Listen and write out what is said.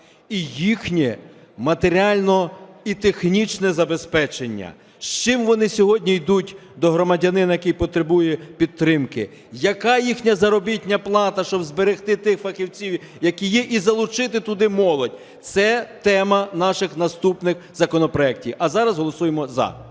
і їхнє матеріальне і технічне забезпечення, з чим вони сьогодні йдуть до громадянина, який потребує підтримки, яка їхня заробітна плата, щоб зберегти тих фахівців, які є, і залучити туди молодь. Це тема наших наступних законопроектів. А зараз голосуємо за.